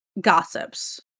gossips